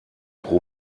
pro